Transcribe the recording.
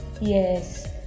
yes